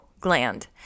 gland